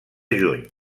juny